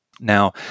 Now